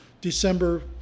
December